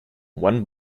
one